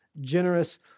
generous